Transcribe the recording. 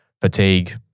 fatigue